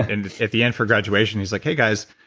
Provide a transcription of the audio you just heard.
and at the end for graduation he's like, hey guys,